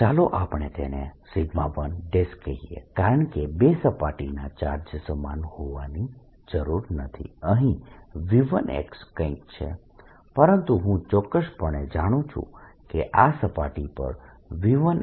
તો ચાલો આપણે તેને 1 કહીએ કારણકે બે સપાટીના ચાર્જ સમાન હોવાની જરૂર નથી અહીં V1 કંઈક છે પરંતુ હું ચોક્કસપણે જાણું છું કે સપાટી પર V10 છે